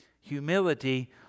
Humility